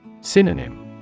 Synonym